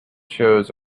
shows